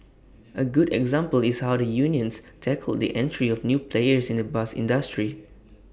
A good example is how the unions tackled the entry of new players in the bus industry